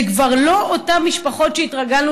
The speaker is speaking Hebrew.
זה כבר לא אותן משפחות שהתרגלנו